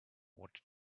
what